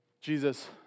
Jesus